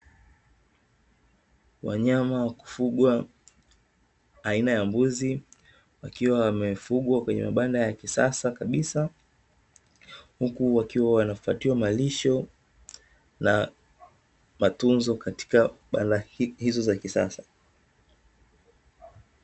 Wanyama wa kufugwa aina ya mbuzi, wakiwa wamefugwa kwenye mabanda ya kisasa kabisa, huku wakiwa wanapatiwa malisho na matunzo katika banda hizo za kisasa.